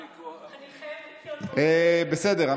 בסדר,